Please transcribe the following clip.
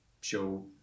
show